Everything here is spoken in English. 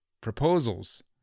proposals